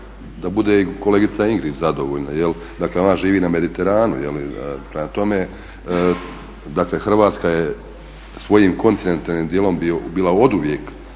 da bude i kolegica Ingrid zadovoljna, dakle ona živi na Mediteranu. Prema tome dakle Hrvatska je svojim kontinentalnim dijelom bila oduvijek